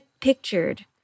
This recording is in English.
pictured